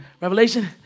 Revelation